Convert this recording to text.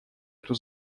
эту